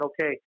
okay